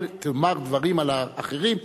אל תאמר דברים על האחרים,